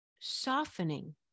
softening